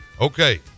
Okay